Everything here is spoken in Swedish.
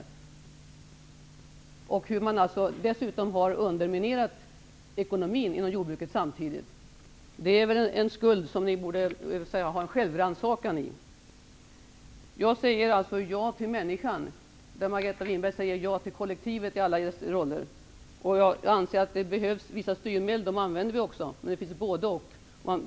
Dessutom har man samtidigt underminerat ekonomin inom jordbruket. På den punkten borde ni väl göra självrannsakan och erkänna er skuld. Jag säger alltså ja till människan där Margareta Winberg säger ja till kollektivet i alla dess roller. Jag anser att det behövs vissa styrmedel, och det använder vi också, men det finns ett både--och.